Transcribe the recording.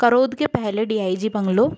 करौद के पहले D I G bungalow